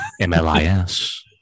M-L-I-S